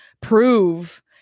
prove